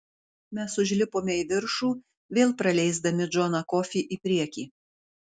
mes užlipome į viršų vėl praleisdami džoną kofį į priekį